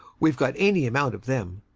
we've got any amount of them.